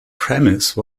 premise